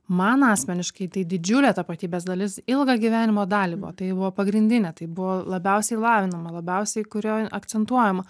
man asmeniškai tai didžiulė tapatybės dalis ilgą gyvenimo dalį buvo tai buvo pagrindinė tai buvo labiausiai lavinama labiausiai kurioj jin akcentuojama